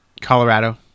Colorado